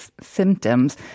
symptoms